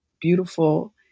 beautiful